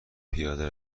پیاده